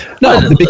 No